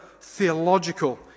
theological